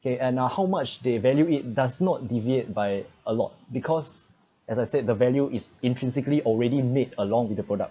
and uh how much they evaluate it does not deviate by a lot because as I said the value is intrinsically already made along with the product